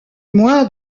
moins